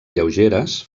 lleugeres